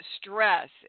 stress